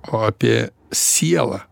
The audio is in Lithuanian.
o apie sielą